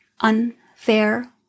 unfair